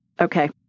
Okay